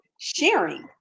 sharing